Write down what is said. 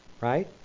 Right